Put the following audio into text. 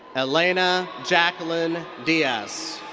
elena jackelyn diaz.